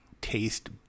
taste